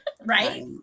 Right